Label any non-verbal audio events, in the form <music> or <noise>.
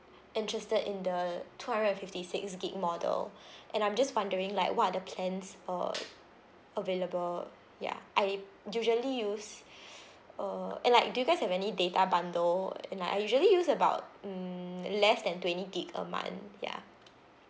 interested in the two hundred and fifty six gigabyte model <breath> and I'm just wondering like what are the plans uh available ya I usually use <breath> uh and like do you guys have any data bundle and like I usually use about mm less than twenty gigabyte a month ya